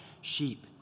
sheep